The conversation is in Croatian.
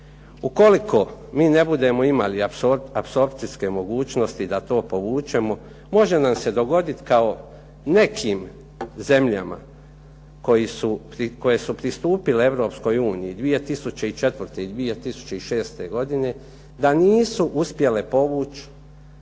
Ukoliko mi ne budemo imali apsorpcijske mogućnosti da to povučemo može nam se dogoditi kao nekim zemljama koje su pristupile Europskoj uniji 2004. i 2006. godine da nisu uspjele povući